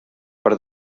part